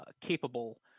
capable